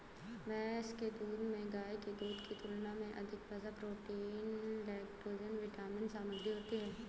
भैंस के दूध में गाय के दूध की तुलना में अधिक वसा, प्रोटीन, लैक्टोज विटामिन सामग्री होती है